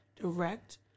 direct